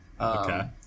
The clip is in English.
Okay